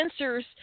sensors